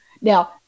Now